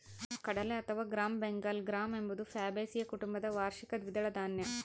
ಕಡಲೆ ಅಥವಾ gram Bengal gram ಎಂಬುದು ಫ್ಯಾಬಾಸಿಯ ಕುಟುಂಬದ ವಾರ್ಷಿಕ ದ್ವಿದಳ ಧಾನ್ಯ